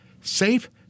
Safe